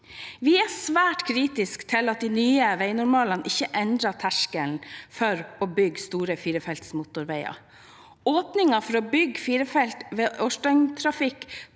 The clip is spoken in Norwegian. Vi er svært kritiske til at de nye veinormalene ikke endrer terskelen for å bygge store firefelts motorveier. Åpningen for å bygge fire felt ved årsdøgntrafikk